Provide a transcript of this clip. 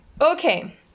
Okay